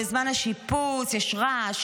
בזמן השיפוץ יש רעש,